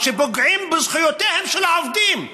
כשפוגעים בזכויותיהם של העובדים,